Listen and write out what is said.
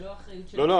זה לא אחריות של --- לא,